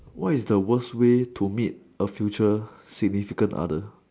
what is the worse way to meet a future significant other